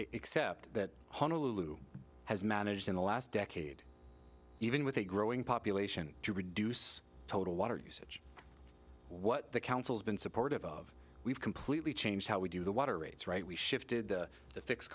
except that honolulu has managed in the last decade even with a growing population to reduce total water usage what the council's been supportive of we've completely changed how we do the water rates right we shifted the